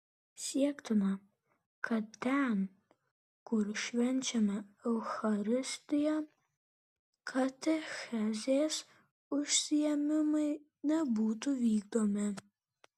siektina kad ten kur švenčiama eucharistija katechezės užsiėmimai nebūtų vykdomi